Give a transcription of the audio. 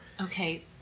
okay